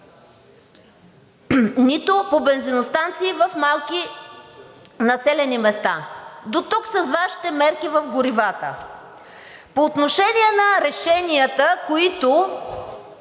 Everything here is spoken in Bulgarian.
нито по бензиностанции в малки населени места. Дотук с Вашите мерки с горивата. По отношение на решенията, които